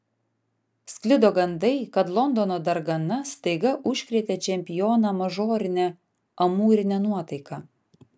sklido gandai kad londono dargana staiga užkrėtė čempioną mažorine amūrine nuotaika